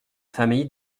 famille